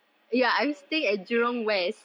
more jurong side ya